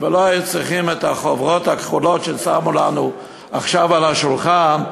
ולא היו צריכים את החוברות הכחולות ששמו לנו עכשיו על השולחן,